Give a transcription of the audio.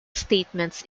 statements